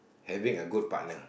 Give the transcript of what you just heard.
having a good partner